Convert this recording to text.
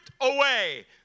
away